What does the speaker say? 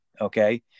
Okay